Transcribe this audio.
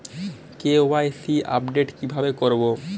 KYC update কিভাবে করবো?